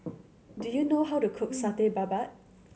do you know how to cook Satay Babat